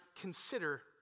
consider